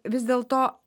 vis dėlto